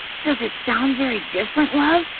does it sound very different, love?